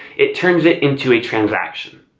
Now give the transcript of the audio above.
it turns it into a transaction.